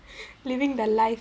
living her life